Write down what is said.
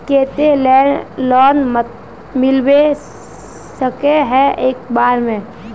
केते लोन मिलबे सके है एक बार में?